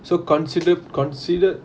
so considered considered